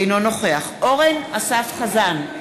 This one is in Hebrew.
אינו נוכח אורן אסף חזן,